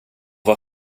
var